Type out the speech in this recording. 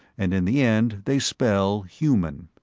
and in the end they spell human.